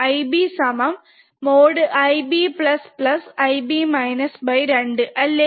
IB|IB IB |2 അല്ലെ